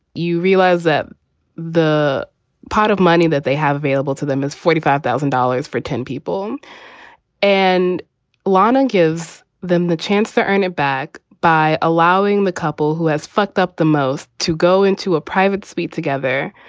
you realize that the pot of money that they have available to them is forty five thousand dollars for ten people and lonna gives them the chance to earn it back by allowing the couple who has fucked up the most to go into a private suite together.